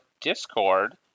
discord